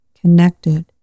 connected